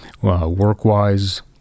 work-wise